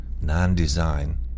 non-design